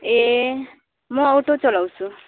ए म अटो चलाउँछु